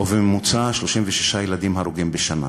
ובממוצע 36 ילדים הרוגים בשנה.